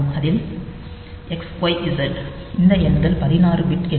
அதில் XYZ இந்த எண்கள் 16 பிட் எண்கள்